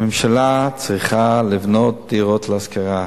הממשלה צריכה לבנות דירות להשכרה.